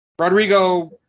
Rodrigo